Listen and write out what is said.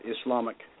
Islamic